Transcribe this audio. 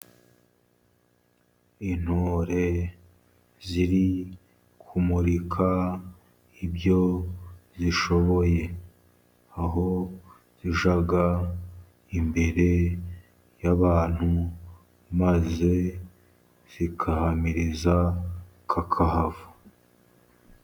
Intore ziri kumurika ibyo zishoboye, aho zijya imbere y'abantu, maze zigahamiriza kakahava.